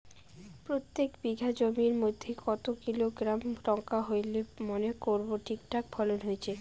প্রত্যেক বিঘা জমির মইধ্যে কতো কিলোগ্রাম লঙ্কা হইলে মনে করব ঠিকঠাক ফলন হইছে?